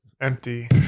Empty